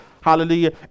hallelujah